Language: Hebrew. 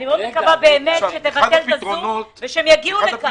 אני מקווה מאוד שתבטל את הגישה מן הזום ושהם יגיעו לכאן.